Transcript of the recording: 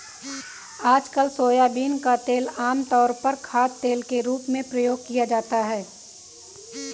आजकल सोयाबीन का तेल आमतौर पर खाद्यतेल के रूप में प्रयोग किया जाता है